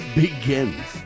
begins